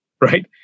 Right